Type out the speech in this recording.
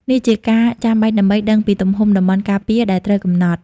នេះជាការចាំបាច់ដើម្បីដឹងពីទំហំតំបន់ការពារដែលត្រូវកំណត់។